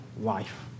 life